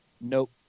Nope